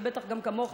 בטח גם כמו שלך,